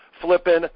flipping